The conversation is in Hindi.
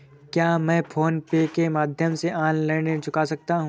क्या मैं फोन पे के माध्यम से ऑनलाइन ऋण चुका सकता हूँ?